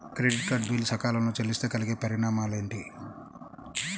Credit card bill సకాలంలో చెల్లిస్తే కలిగే పరిణామాలేమిటి?